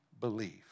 believe